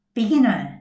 Beginner